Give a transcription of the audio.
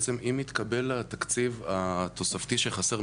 אם יתקבל התקציב התוספתי שחסר,